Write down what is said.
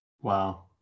Wow